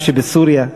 שבסוריה,